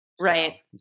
Right